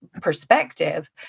perspective